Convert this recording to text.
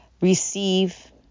receive